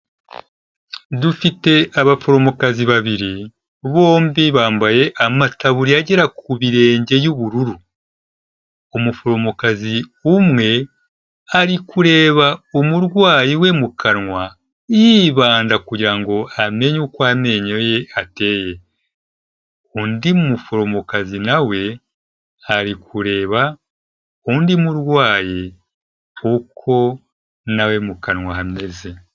Dufite abaforomokazi babiri, bombi bambaye amataburiya agera ku birenge y'ubururu. Umuforomokazi umwe ari kureba umurwayi we mu kanwa yibanda kugira ngo amenye uko amenyo ye ateye. Undi muforomokazi na we ari kureba undi murwayi uko na we mu kanwa hameze.